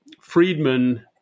Friedman